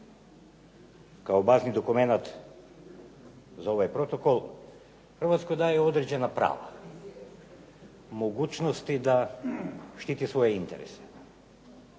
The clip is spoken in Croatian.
kao bazni dokumenat za ovaj protokol Hrvatskoj daje određena prava, mogućnosti da štiti svoje interese.